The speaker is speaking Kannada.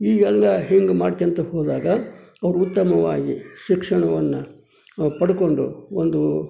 ಈ ಎಲ್ಲ ಹೀಗ್ ಮಾಡ್ಕೋತ ಹೋದಾಗ ಅವ್ರು ಉತ್ತಮವಾಗಿ ಶಿಕ್ಷಣವನ್ನು ಅವ್ರು ಪಡ್ಕೊಂಡು ಒಂದು